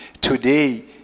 today